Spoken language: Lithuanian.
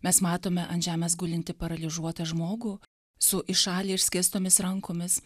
mes matome ant žemės gulintį paralyžiuotą žmogų su į šalį išskėstomis rankomis